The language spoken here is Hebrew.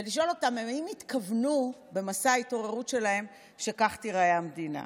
ולשאול אותם אם הם התכוונו במסע ההתעוררות שלהם שכך תיראה המדינה.